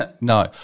No